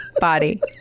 body